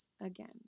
again